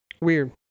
Weird